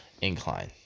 incline